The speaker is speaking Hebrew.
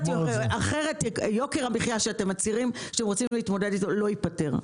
אחרת יוקר המחייה - שאתם מצהירים שאתם רוצים להתמודד איתו - לא ייפתר.